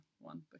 one